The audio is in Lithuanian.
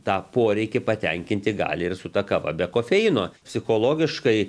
tą poreikį patenkinti gali ir su ta kava be kofeino psichologiškai